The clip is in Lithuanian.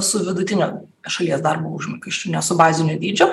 su vidutinio šalies darbo užmokesčiu ne su baziniu dydžiu